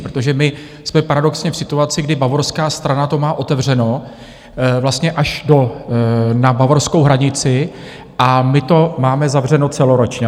Protože my jsme paradoxně v situaci, kdy bavorská strana to má otevřeno vlastně až na bavorskou hranici a my to máme zavřeno celoročně.